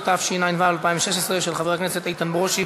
התשע"ו 2016, של חבר הכנסת איתן ברושי